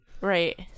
Right